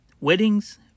Weddings